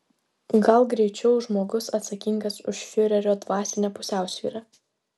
gal greičiau žmogus atsakingas už fiurerio dvasinę pusiausvyrą